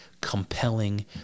compelling